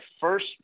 first